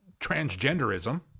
transgenderism